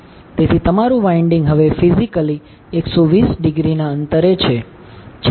તેથી તમારુ વાઈન્ડીંગ હવે ફિઝિકલી 120 ડિગ્રી ના અંતરે છે